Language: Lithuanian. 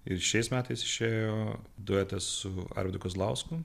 ir šiais metais išėjo duetas su arvydu kazlausku